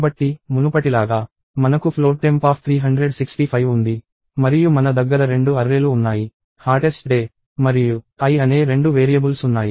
కాబట్టి మునుపటిలాగా మనకు ఫ్లోట్ temp 365 ఉంది మరియు మన దగ్గర రెండు అర్రేలు ఉన్నాయి హాటెస్ట్ డే మరియు i అనే రెండు వేరియబుల్స్ ఉన్నాయి